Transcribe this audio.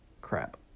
Crap